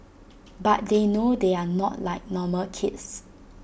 but they know they are not like normal kids